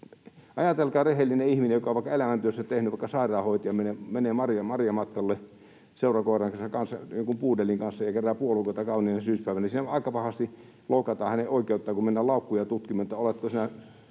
ajatelkaa rehellistä ihmistä, joka on elämäntyönsä tehnyt vaikka sairaanhoitajana ja menee marjamatkalle seurakoiransa kanssa, jonkun puudelin kanssa, ja kerää puolukoita kauniina syyspäivänä, niin siinä aika pahasti loukataan hänen oikeuttaan, kun mennään laukkuja tutkimaan,